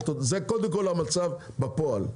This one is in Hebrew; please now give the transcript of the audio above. זה קודם כל המצב בפועל.